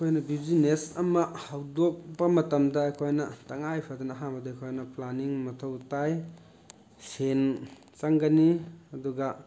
ꯑꯩꯈꯣꯏꯅ ꯕꯤꯖꯤꯅꯦꯁ ꯑꯃ ꯍꯧꯗꯣꯛꯄ ꯃꯇꯝꯗ ꯑꯩꯈꯣꯏꯅ ꯇꯉꯥꯏ ꯐꯗꯅ ꯑꯍꯥꯟꯕꯗ ꯑꯩꯈꯣꯏꯅ ꯄ꯭ꯂꯥꯅꯤꯡ ꯃꯊꯧ ꯇꯥꯏ ꯁꯦꯟ ꯆꯪꯒꯅꯤ ꯑꯗꯨꯒ